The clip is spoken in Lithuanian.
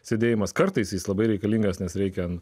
sėdėjimas kartais jis labai reikalingas nes reikia